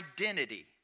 identity